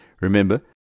Remember